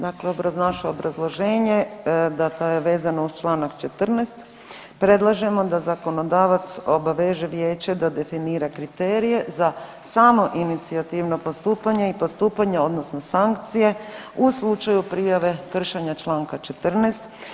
Dakle, naše obrazloženje da je to vezano uz čl. 14. predlažemo da zakonodavac obaveže vijeće da definira kriterije za samoinicijativno postupanje i postupanje odnosno sankcije u slučaju prijave kršenja čl. 14.